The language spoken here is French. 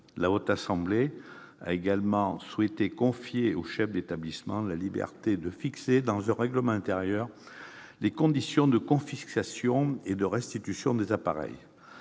La Haute Assemblée a également souhaité confier aux chefs d'établissement la liberté de fixer, dans le règlement intérieur, les conditions de confiscation et de restitution des appareils.